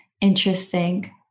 interesting